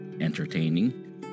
entertaining